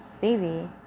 baby